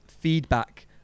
feedback